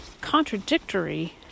contradictory